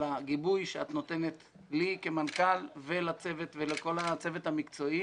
הגיבוי שאת נותנת לי כמנכ"ל ולכל הצוות המקצועי